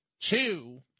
Two